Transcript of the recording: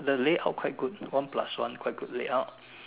the layout quite good one plus one quite good layout